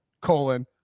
colon